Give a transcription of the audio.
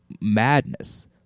madness